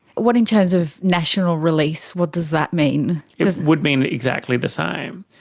what in terms of national release, what does that mean? it would mean exactly the same.